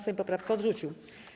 Sejm poprawkę odrzucił.